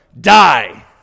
die